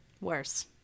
worse